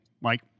Mike